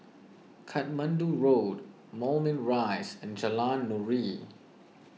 Katmandu Road Moulmein Rise and Jalan Nuri